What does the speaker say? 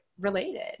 related